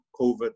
COVID